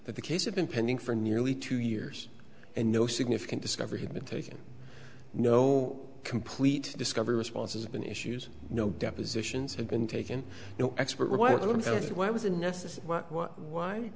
that the case had been pending for nearly two years and no significant discovery had been taken no complete discovery responses have been issues no depositions have been taken no expert w